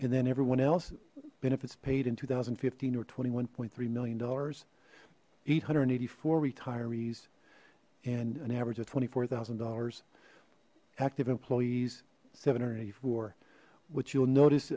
and then everyone else benefits paid in two thousand and fifteen or twenty one point three million dollars eight hundred eighty four retirees and an average of twenty four thousand dollars active employees seven hundred and eighty four which you'll notice